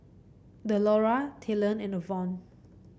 Delora Talen and Avon